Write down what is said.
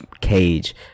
cage